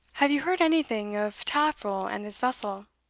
have you heard anything of taffril and his vessel?